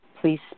please